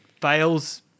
fails